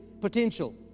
potential